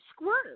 squirt